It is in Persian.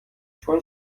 چون